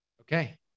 Okay